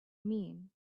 mean